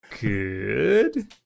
Good